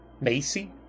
Macy